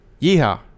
Yeehaw